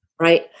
Right